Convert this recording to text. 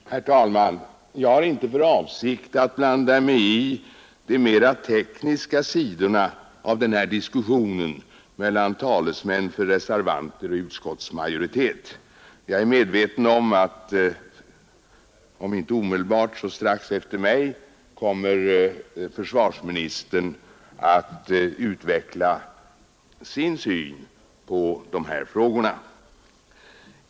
Herr talman! Jag har inte för avsikt att blanda mig i de mera tekniska sidorna av den här diskussionen mellan talesmän för reservanter och utskottsmajoritet. Jag är medveten om att försvarsministern om inte omedelbart så strax efter mig kommer att utveckla sin syn på dessa frågor.